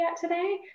today